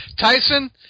Tyson